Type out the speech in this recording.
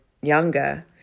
younger